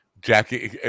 Jackie